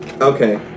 Okay